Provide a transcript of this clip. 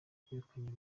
yirukanywe